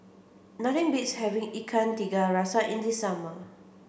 nothing beats having Ikan Tiga Rasa in the summer